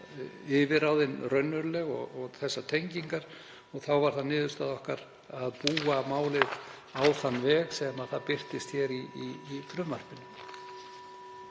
yfirráðin raunveruleg og þessar tengingar. Það var því niðurstaða okkar að búa málið á þann veg sem það birtist hér í frumvarpinu.